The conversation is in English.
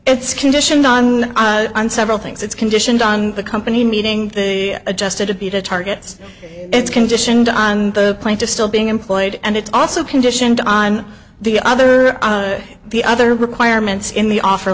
it's conditioned on on several things it's conditioned on the company meeting the adjusted to be the targets it's conditioned on the plane to still being employed and it's also conditioned on the other the other requirements in the offer